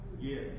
Yes